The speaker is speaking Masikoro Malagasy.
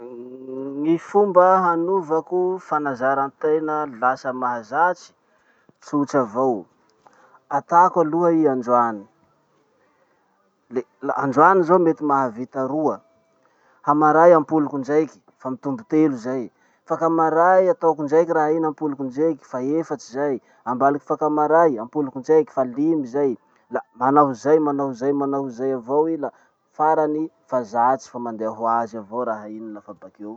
Gny fomba hanovako fanazarantena lasa mahazatsy, tsotra avao. Atako aloha i androany, le androany zaho mety mahavita roa, hamary ampoliko indraiky, fa mitombo telo zay, afakamaray ataoko ndraiky raha iny ampoliko indraiky, fa efatsy zay, ambaliky afakamaray apoliko ndraiky fa limy zay. La manao hozay manao hozay manao ho zay avao i la farany fa zatsy fa mandeha ho azy avao raha iny lafa bakeo.